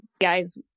guys